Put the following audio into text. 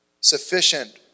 Sufficient